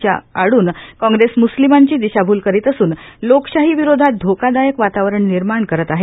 च्या आडून कॉंप्रेस मुस्तिमांची दिश्राभूल करीत असून लोकशास्त्विरोधात धोकादायक वातावरण निर्माण करत आहे